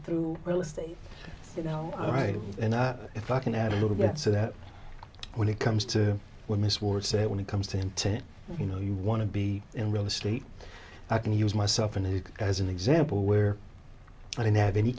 through real estate you know all right and if i can add a little bit so that when it comes to win this war say when it comes to intent you know you want to be in real estate i can use myself and as an example where i don't have any